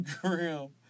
grim